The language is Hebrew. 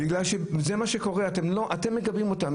בגלל שזה מה שקורה, אתם מגבים אותם.